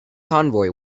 convoy